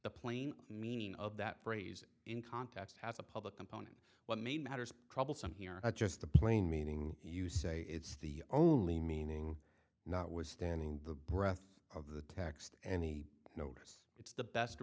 the plain meaning of that phrase in context has a public component what made matters troublesome here not just the plain meaning you say it's the only meaning not withstanding the breath of the text any notice it's the best